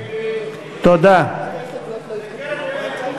שירותי מטה כלל-משקיים,